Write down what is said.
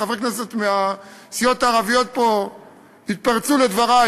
חברי כנסת מהסיעות הערביות פה התפרצו לדברי,